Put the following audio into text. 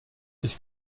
ich